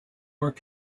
work